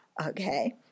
Okay